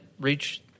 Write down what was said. Reach